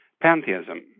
pantheism